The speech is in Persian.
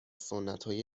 سنتهای